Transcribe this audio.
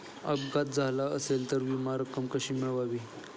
अपघात झाला असेल तर विमा रक्कम कशी मिळवावी?